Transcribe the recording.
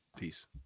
Peace